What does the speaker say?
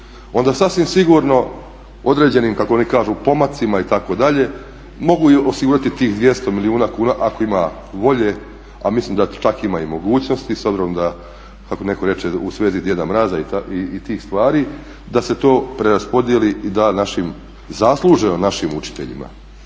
onda sasvim sigurno određenim kako kažu pomacima itd. mogu osigurati i tih 200 milijuna kuna ako ima volje, a mislim da čak ima i mogućnost s obzirom da kako neko reče u svezi Djeda Mraza i tih stvari da se to preraspodjeli i da našim, zasluženo našim učiteljima,